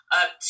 up